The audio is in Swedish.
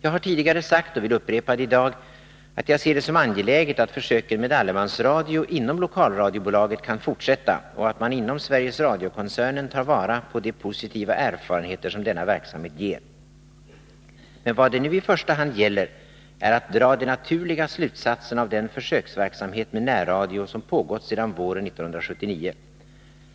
Jag har tidigare sagt, och vill upprepa det i dag, att jag ser det som angeläget att försöken med allemansradio inom lokalradiobolaget kan fortsätta och att man inom Sveriges Radio-koncernen tar vara på de positiva erfarenheter som denna verksamhet ger. Men vad det nu i första hand gäller är att dra de naturliga slutsatserna av den försöksverksamhet med närradio som pågått sedan våren 1979.